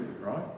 right